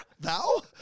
Thou